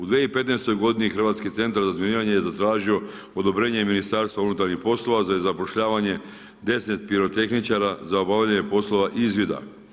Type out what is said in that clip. U 2015. godini Hrvatski centar za razminiranje je zatražio odobrenje Ministarstva unutarnjih poslova za zapošljavanje 10 pirotehničara za obavljanje poslova izvida.